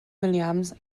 williams